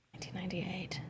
1998